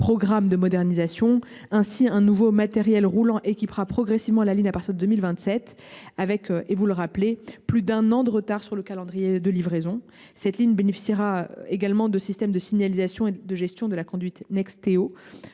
programme de modernisation. Ainsi, un nouveau matériel roulant équipera progressivement la ligne à partir de 2027 avec, comme vous le rappelez, plus d’un an de retard sur le calendrier de livraison. La ligne bénéficiera également du système de signalisation et de gestion de la conduite NExTEO